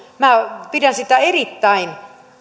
minä pidän sitä erittäin